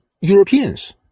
Europeans